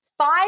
Five